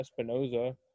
Espinoza